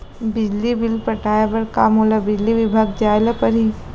बिजली बिल पटाय बर का मोला बिजली विभाग जाय ल परही?